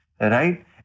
Right